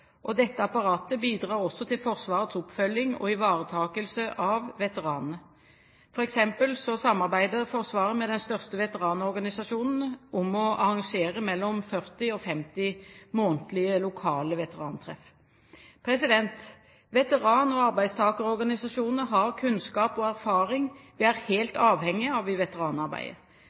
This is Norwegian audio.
Dette apparatet bidrar også til Forsvarets oppfølging og ivaretakelse av veteranene. For eksempel samarbeider Forsvaret med den største veteranorganisasjonen om å arrangere mellom 40 og 50 månedlige lokale veterantreff. Veteran- og arbeidstakerorganisasjonene har kunnskap og erfaring vi er helt avhengige av i veteranarbeidet.